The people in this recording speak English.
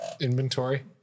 inventory